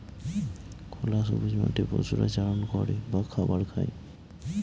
খোলা সবুজ মাঠে পশুরা চারণ করে বা খাবার খায়